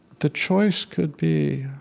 the choice could be